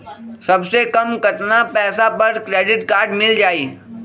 सबसे कम कतना पैसा पर क्रेडिट काड मिल जाई?